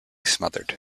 smothered